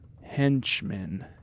henchmen